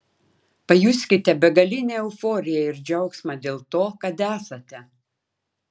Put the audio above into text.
pajuskite begalinę euforiją ir džiaugsmą dėl to kad esate